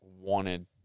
wanted